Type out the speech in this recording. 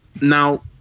Now